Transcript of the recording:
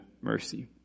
mercy